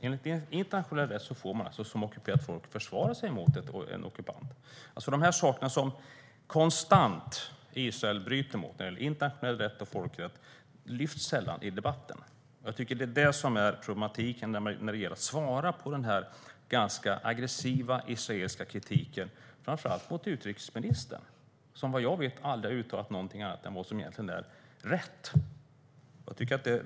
Enligt internationell rätt får man som ockuperat folk försvara sig mot en ockupant. De saker som Israel konstant bryter mot när det gäller internationell rätt och folkrätt lyfts sällan fram i debatten. Jag tycker att det är det som är problematiken när det gäller att svara på den ganska aggressiva israeliska kritiken mot framför allt utrikesministern, som vad jag vet aldrig har uttalat någonting annat än vad som egentligen är rätt.